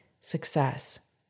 success